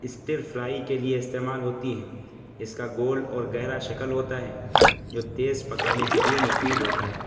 stir fry کے لیے استعمال ہوتی ہیں اس کا گول اور گہرا شکل ہوتا ہے جو تیز پکانے کے لیے مفید ہوتا ہے